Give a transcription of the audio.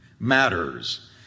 matters